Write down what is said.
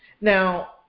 Now